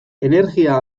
energia